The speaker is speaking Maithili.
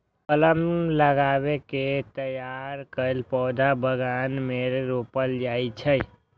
कलम लगा कें तैयार कैल पौधा बगान मे रोपल जाइ छै